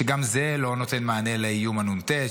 שגם לא נותן מענה לאיום הנ"ט,